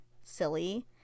silly